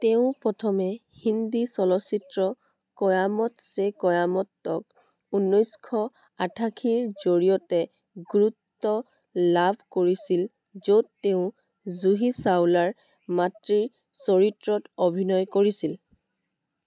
তেওঁ প্ৰথমে হিন্দী চলচ্চিত্ৰ কয়ামত ছে কয়ামত টক ঊনৈছশ আঠাশীৰ জৰিয়তে গুৰুত্ব লাভ কৰিছিল য'ত তেওঁ জুহি চাওলাৰ মাতৃৰ চৰিত্ৰত অভিনয় কৰিছিল